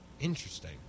interesting